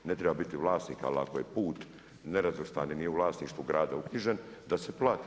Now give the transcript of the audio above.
Ne treba biti vlasnik, ali ako je put nerazvrstani nije u vlasništvu grada uknjižen da se plati.